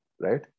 right